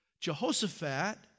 Jehoshaphat